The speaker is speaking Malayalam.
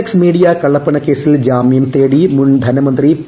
എക്സ് മീഡിയ കള്ളപ്പണക്കേസിൽ ജാമ്യം തേടി മുൻ ധനമന്ത്രി പി